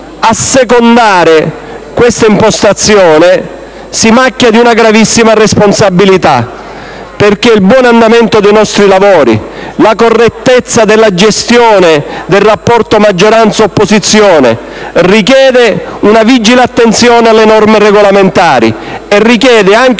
assecondare questa impostazione, si macchia di una gravissima responsabilità, perché il buon andamento dei nostri lavori e la correttezza della gestione del rapporto tra maggioranza e opposizione richiedono una vigile attenzione alle norme regolamentari e una